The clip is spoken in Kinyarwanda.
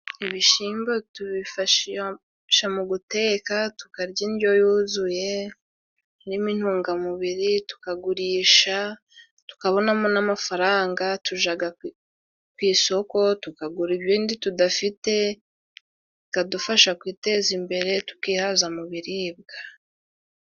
Ibishimbo tubifashisha mu guteka, tukarya indyo yuzuye irimo intungamubiri, tukagurisha tukabona mo n'amafaranga tujaga ku isoko tukagura ibindi tudafite, bikadufasha kwiteza imbere tukihaza mu biribwa.